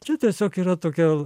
čia tiesiog yra tokia